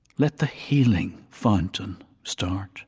let the healing fountain start